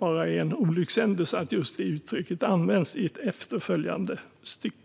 bara är en olyckshändelse att just det uttrycket används i ett efterföljande stycke.